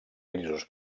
grisos